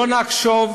לא נחשוב